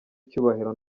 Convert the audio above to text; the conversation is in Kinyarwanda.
icyubahiro